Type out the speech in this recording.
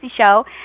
Show